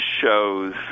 shows